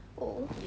oh